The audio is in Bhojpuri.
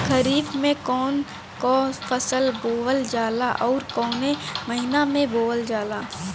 खरिफ में कौन कौं फसल बोवल जाला अउर काउने महीने में बोवेल जाला?